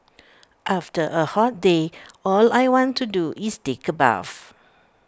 after A hot day all I want to do is take A bath